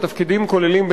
התפקידים כוללים,